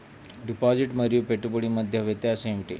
Deposit మరియు పెట్టుబడి మధ్య వ్యత్యాసం ఏమిటీ?